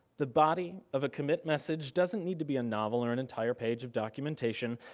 the body of a commit message doesn't need to be a novel or an entire page of documentation.